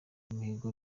imihigo